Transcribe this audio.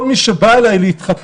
כל מי שבא אליי להתחתן,